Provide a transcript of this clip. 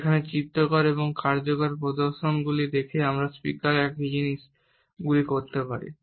যেখানে চিত্রকর এবং কার্যকর প্রদর্শনগুলি দেখে আমরা স্পীকারে একই জিনিসগুলি করতে পারি